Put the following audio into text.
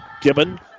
Gibbon